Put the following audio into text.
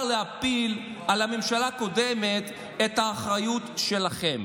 להפיל על הממשלה הקודמת את האחריות שלכם.